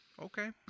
Okay